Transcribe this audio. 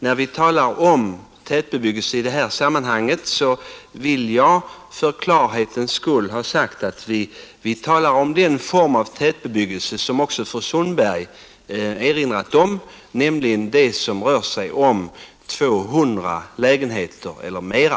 När vi talar om tätbebyggelse i detta sammanhang vill jag för klarhetens skull påpeka att också vi talar om den form av tätbebyggelse som fru Sundberg erinrat om, nämligen sådan som omfattar 200 lägenheter eller mera.